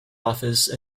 office